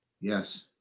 Yes